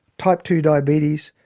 type two diabetes,